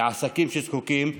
לעסקים שזקוקים לתמיכה.